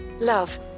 love